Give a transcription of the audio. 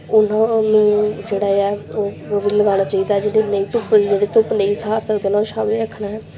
ਉਹਨਾਂ ਨੂੰ ਜਿਹੜਾ ਹੈ ਉਹ ਉਹ ਲਗਾਉਣਾ ਚਾਹੀਦਾ ਜਿਹੜੇ ਨਹੀਂ ਧੁੱਪ 'ਚ ਜਿਹੜੇ ਧੁੱਪ ਨਹੀਂ ਸਹਾਰ ਸਕਦੇ ਉਹਨਾਂ ਨੂੰ ਛਾਵੇਂ ਰੱਖਣਾ ਹੈ